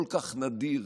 זה כל כך נדיר,